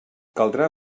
caldrà